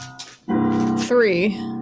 three